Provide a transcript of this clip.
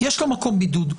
יש לו מקום בידוד,